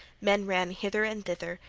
men ran hither and thither,